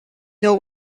know